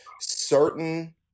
certain